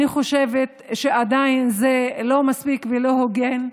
אני חושבת שעדיין זה לא מספיק ולא הוגן.